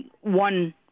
one